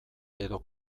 edo